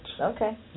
Okay